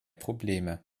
probleme